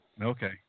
Okay